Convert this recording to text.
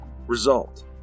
result